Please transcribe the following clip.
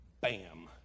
bam